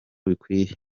bikwiye